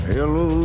Hello